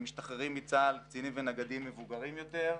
משתחררים מצה"ל קצינים ונגדים מבוגרים יותר,